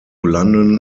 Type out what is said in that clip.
london